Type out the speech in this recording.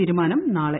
തീരുമാനം നാളെ